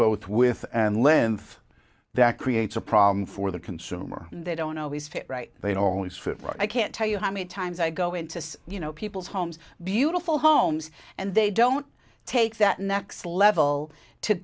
both with and length that creates a problem for the consumer and they don't always fit right they always for i can't tell you how many times i go into you know people's homes beautiful homes and they don't take that next level to